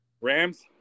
Rams